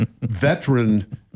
veteran